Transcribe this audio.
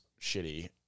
shitty